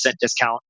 discount